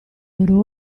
loro